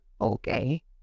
okay